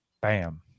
Bam